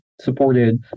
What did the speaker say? supported